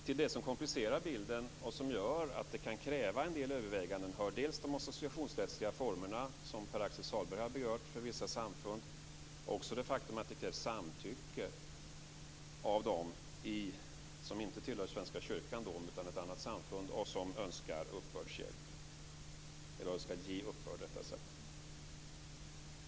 Till det som komplicerar bilden och som gör att det kan krävas en del överväganden hör dels de associationsrättsliga formerna för vissa samfund, som Pär-Axel Sahlberg har berört, dels det faktum att det krävs samtycke av dem som inte tillhör Svenska kyrkan utan ett annat samfund som önskar ge uppbörd.